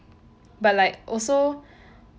but like also